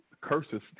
curses